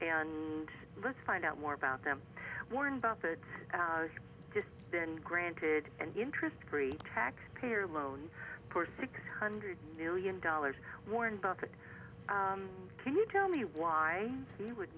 and let's find out more about them warren buffett has been granted an interest free taxpayer mon pere six hundred million dollars warren buffett can you tell me why he would